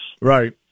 Right